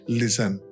listen